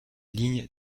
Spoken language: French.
ligne